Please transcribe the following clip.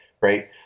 Right